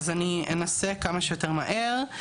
אז אני אנסה כמה שיותר מהר.